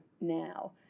now